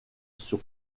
sur